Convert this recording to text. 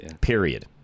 Period